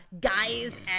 guys